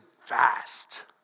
fast